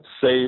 safe